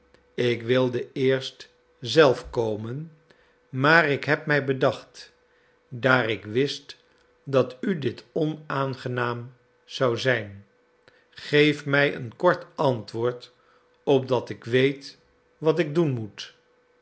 ik wilde eerst zelf komen maar ik heb mij bedacht daar ik wist dat u dit onaangenaam zou zijn geef mij een kort antwoord opdat ik weet wat ik doen moet